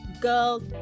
girl